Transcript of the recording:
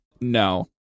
No